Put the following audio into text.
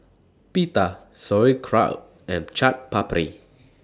Pita Sauerkraut and Chaat Papri